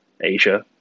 Asia